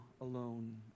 alone